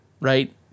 right